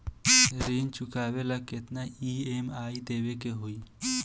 ऋण चुकावेला केतना ई.एम.आई देवेके होई?